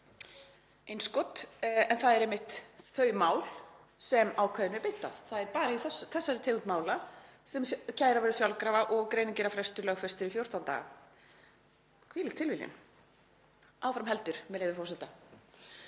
En það eru einmitt þau mál sem ákvæðinu er beint að. Það er bara í þessari tegund mála sem kæra verður sjálfkrafa og greinargerðarfrestur lögfestur í 14 daga, hvílík tilviljun. Áfram heldur, með leyfi forseta: